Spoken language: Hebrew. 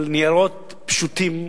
על ניירות פשוטים,